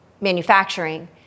manufacturing